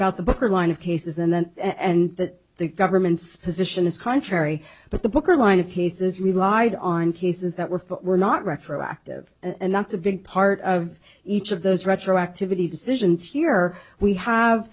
about the booker line of cases and then and that the government's position is contrary but the booker line of cases relied on cases that were were not retroactive and that's a big part of each of those retroactivity decisions here we